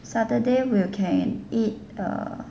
saturday we can eat err